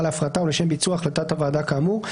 להפרטה או לשם ביצוע החלטת הוועדה כאמור,